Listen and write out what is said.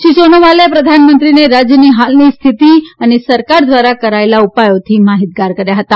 શ્રી સોનોવાલે પ્રધાનમંત્રીને રાજયની હાલની સ્થિતિ અને સરકાર ધ્વારા કરાયેલા ઉપાયો થી માહિતગાર કર્યા હતા